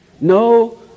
No